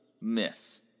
miss